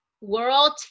World